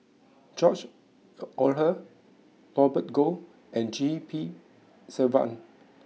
George Oehlers Robert Goh and G P Selvam